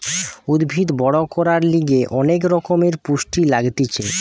উদ্ভিদ বড় করার লিগে অনেক রকমের পুষ্টি লাগতিছে